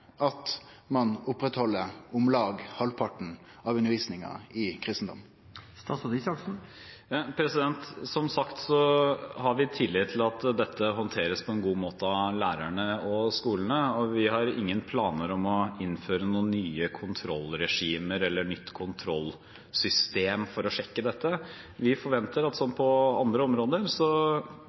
at ein opprettheld om lag halvparten av tida til undervisning i kristendom? Som sagt har vi tillit til at dette håndteres på en god måte av lærerne og skolene, og vi har ingen planer om å innføre noen nye kontrollregimer eller nytt kontrollsystem for å sjekke dette. Vi forventer at som på andre områder,